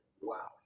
Wow